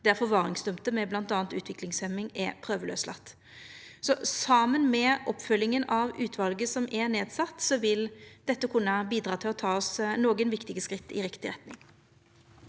der forvaringsdømde med bl.a. utviklingshemming er prøvelauslatne. Saman med oppfølging av utvalet som er nedsett, vil dette kunna bidra til å ta oss nokre viktige skritt i riktig retning.